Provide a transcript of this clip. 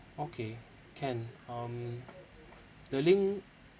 okay can um the link